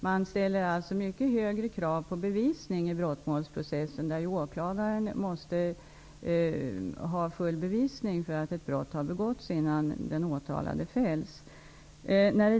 Man ställer mycket högre krav på bevisning i brottmålsprocessen, där åklagaren måste ha full bevisning för att ett brott har begåtts innan den åtalade fälls.